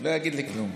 לא יגיד לי כלום.